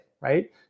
right